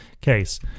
case